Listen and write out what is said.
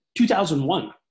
2001